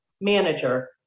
manager